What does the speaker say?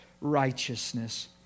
righteousness